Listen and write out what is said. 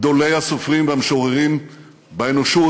גדולי הסופרים והמשוררים באנושות,